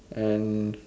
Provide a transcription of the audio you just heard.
and